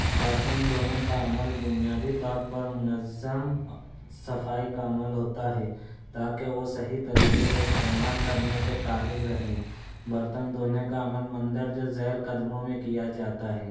برتن دھونے کا عمل بنیادی طور پر منظم صفائی کا عمل ہوتا ہے تاکہ وہ صحیح طریقے سے استعمال کرنے کے قابل رہیں برتن دھونے کا عمل مندرجہ ذیل قدموں میں کیا جاتا ہے